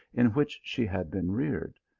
in which she had been reared.